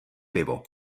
pivo